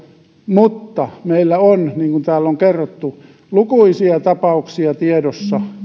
mutta meillä on niin kuin täällä on kerrottu lukuisia tapauksia tiedossa